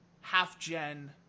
half-gen